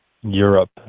Europe